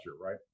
right